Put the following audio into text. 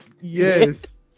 yes